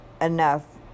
enough